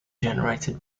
generated